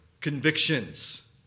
convictions